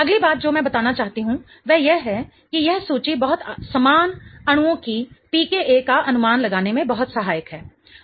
अगली बात जो मैं बताना चाहती हूं वह यह है कि यह सूची बहुत समान अणुओं की pKa का अनुमान लगाने में बहुत सहायक है